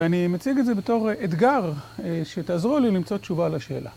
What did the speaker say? ‫ואני מציג את זה בתור אתגר ‫שתעזרו לי למצוא תשובה לשאלה.